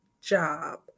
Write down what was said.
job